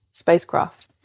spacecraft